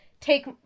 take